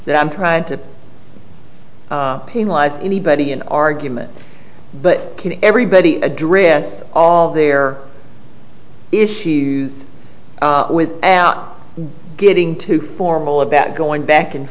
that i'm trying to penalize anybody an argument but can everybody address all their issues with getting too formal about going back and